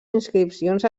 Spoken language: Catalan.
inscripcions